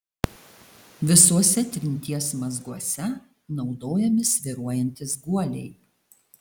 visuose trinties mazguose naudojami svyruojantys guoliai